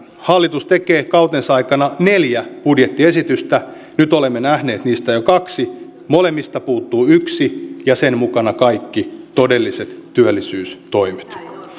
hallitus tekee kautensa aikana neljä budjettiesitystä nyt olemme nähneet niistä jo kaksi molemmista puuttuu yksi ja sen mukana kaikki todelliset työllisyystoimet